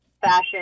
fashion